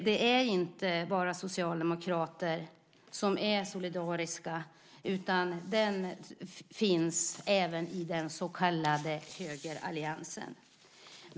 Det är inte bara socialdemokrater som är solidariska, utan det är något som finns även i den så kallade högeralliansen.